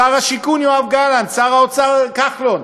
שר השיכון יואב גלנט, שר האוצר כחלון,